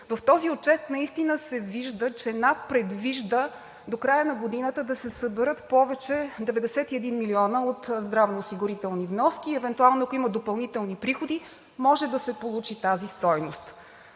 В него наистина се вижда, че НАП предвижда до края на годината да се съберат 91 милиона повече от здравноосигурителни вноски и евентуално, ако има допълнителни приходи, може да се получи тази стойност.